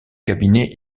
cabinet